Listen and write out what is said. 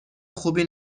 خوبی